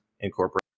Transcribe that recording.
incorporate